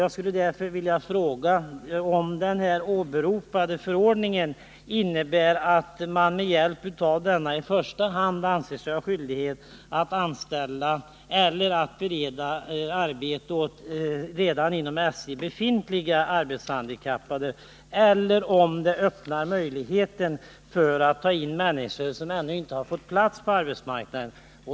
Jag skulle därför vilja fråga om den åberopade förordningen i första hand avser skyldighet att bereda arbete åt redan inom SJ befintliga arbetshandikappade eller om den öppnar möjlighet att ta in människor som ännu inte fått plats på arbetsmarknaden.